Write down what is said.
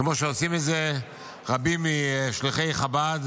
כמו שעושים את זה רבים משליחי חב"ד